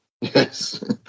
yes